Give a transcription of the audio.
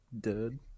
dead